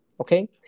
Okay